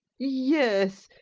yes,